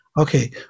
okay